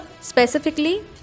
specifically